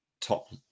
top